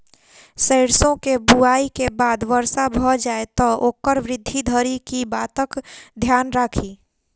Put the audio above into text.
सैरसो केँ बुआई केँ बाद वर्षा भऽ जाय तऽ ओकर वृद्धि धरि की बातक ध्यान राखि?